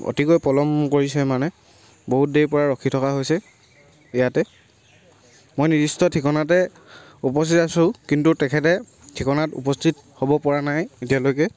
অতিকৈ পলম কৰিছে মানে বহুত দেৰিৰ পৰা ৰখি থকা হৈছে ইয়াতে মই নিৰ্দিষ্ট ঠিকনাতে উপস্থিত আছো কিন্তু তেখেতে ঠিকনাত উপস্থিত হ'ব পৰা নাই এতিয়ালৈকে